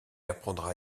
apprendra